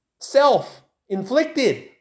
self-inflicted